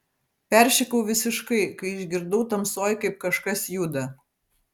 peršikau visiškai kai išgirdau tamsoj kaip kažkas juda